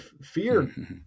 fear